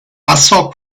passò